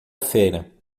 feira